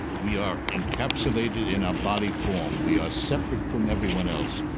we are encapsulated in our body form, we are separate from everyone else.